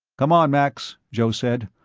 come on, max, joe said.